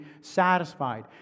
satisfied